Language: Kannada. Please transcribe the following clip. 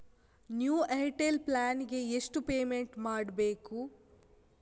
ನ್ಯೂ ಏರ್ಟೆಲ್ ಪ್ಲಾನ್ ಗೆ ಎಷ್ಟು ಪೇಮೆಂಟ್ ಮಾಡ್ಬೇಕು?